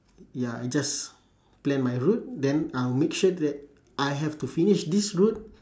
ya I just plan my route then I will make sure that I have to finish this route